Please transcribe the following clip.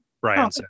Brian